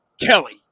kelly